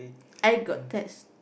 I got that's